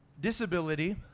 disability